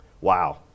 Wow